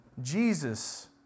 Jesus